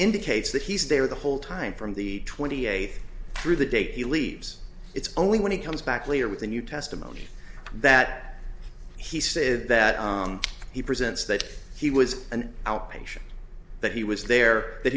indicates that he's there the whole time from the twenty eighth through the day he leaves it's only when he comes back later with a new testimony that he said that he presents that he was an outpatient that he was there that